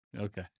Okay